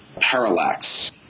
parallax